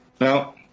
Now